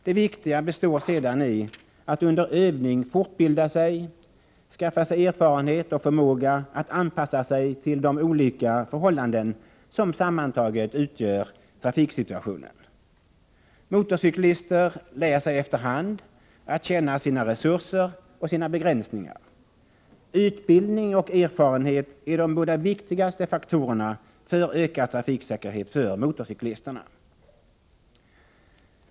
Det viktiga består sedan i att under övning fortbilda sig, skaffa sig erfarenhet och förmåga att anpassa sig till de olika förhållanden som sammantaget utgör trafiksituationen. Motorcyklister lär sig efter hand att känna sina resurser och sina begränsningar. Utbildning och erfarenhet är de båda viktigaste faktorerna för ökad trafiksäkerhet för motorcyklisterna.